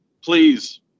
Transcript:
please